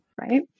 right